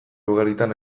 ugaritan